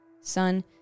Son